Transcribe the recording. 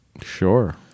Sure